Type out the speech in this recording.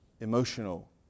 Emotional